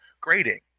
grading